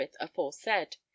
aforesaid